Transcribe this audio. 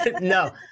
No